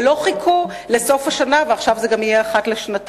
בלחץ הנגיד